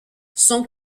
son